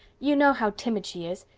you know how timid she is.